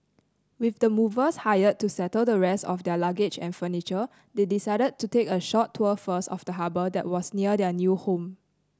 with the movers hired to settle the rest of their luggage and furniture they decided to take a short tour first of the harbour that was near their new home